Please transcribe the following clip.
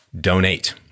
donate